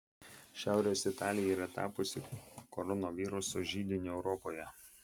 šiaurės italija yra tapusi koronaviruso židiniu europoje